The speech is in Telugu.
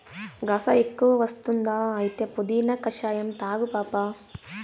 గస ఎక్కువ వస్తుందా అయితే పుదీనా కషాయం తాగు పాపా